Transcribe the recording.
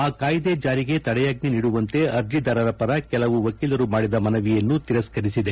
ಆದರೆ ಅದು ಆ ಕಾಯಿದೆ ಜಾರಿಗೆ ತಡೆಯಾಜ್ಲೆ ನೀಡುವಂತೆ ಅರ್ಜಿದಾರರ ಪರ ಕೆಲವು ವಕೀಲರು ಮಾಡಿದ ಮನವಿಯನ್ನು ತಿರಸ್ನರಿಸಿದೆ